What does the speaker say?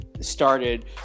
started